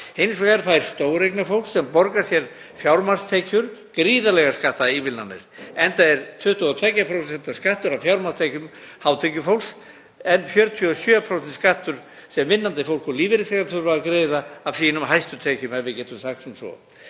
Hins vegar fær stóreignafólk, sem borgar sér fjármagnstekjur, gríðarlegar skattaívilnanir, enda er 22% skattur af fjármagnstekjum hátekjufólks, en skatturinn er 47% sem vinnandi fólk og lífeyrisþegar þurfa að greiða af sínum hæstu tekjum, ef við getum sagt sem svo.